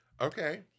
Okay